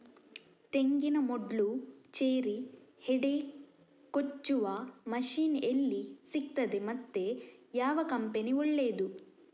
ತೆಂಗಿನ ಮೊಡ್ಲು, ಚೇರಿ, ಹೆಡೆ ಕೊಚ್ಚುವ ಮಷೀನ್ ಎಲ್ಲಿ ಸಿಕ್ತಾದೆ ಮತ್ತೆ ಯಾವ ಕಂಪನಿ ಒಳ್ಳೆದು?